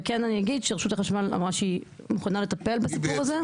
רשות החשמל אמרה שהיא מוכנה לטפל בסיפור הזה.